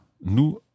nous